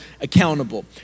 accountable